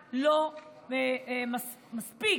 מספיק.